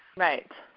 right,